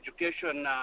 education